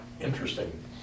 interesting